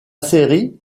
série